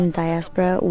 diaspora